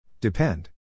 Depend